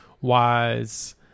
wise